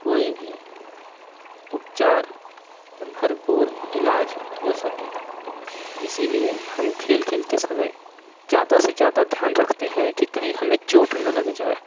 कोई भी उपचार भरपूर इलाज हो सके इसीलिए हम खेल खेलते समय ज़्यादा से ज़्यादा ध्यान रखते हैं कि कही हमें चोट न लग जाये